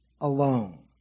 alone